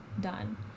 done